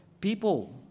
people